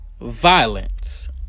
violence